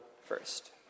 first